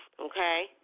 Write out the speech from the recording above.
okay